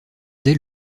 dès